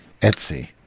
Etsy